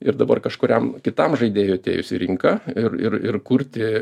ir dabar kažkuriam kitam žaidėjui atėjus į rinką ir ir ir kurti